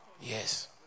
Yes